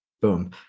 Boom